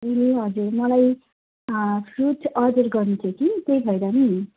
ए हजुर मलाई fruits order गर्नु थियो कि त्यही भएर नि